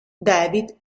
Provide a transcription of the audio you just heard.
david